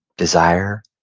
desire,